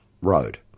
road